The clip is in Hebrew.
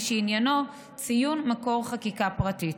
שעניינו ציון מקור חקיקה פרטית,